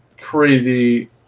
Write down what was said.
crazy